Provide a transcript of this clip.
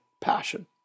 passion